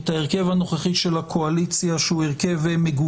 את ההרכב הנוכחי של הקואליציה שהוא מגוון,